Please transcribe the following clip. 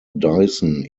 dyson